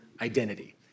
identity